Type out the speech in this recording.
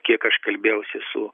kiek aš kalbėjausi su